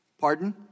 Pardon